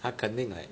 他肯定 like